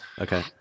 Okay